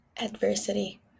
adversity